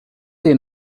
dei